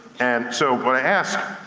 and so what i ask,